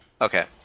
Okay